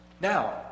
Now